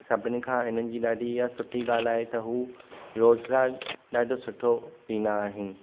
सभिनि खां हिननि जी ॾाढी इहा सुठी ॻाल्हि आहे त हू रोज़गार ॾाढो सुठो ॾींदा आहिनि